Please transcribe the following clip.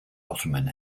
ottoman